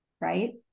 right